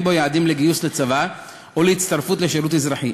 בו יעדים לגיוס לצבא או להצטרפות לשירות אזרחי.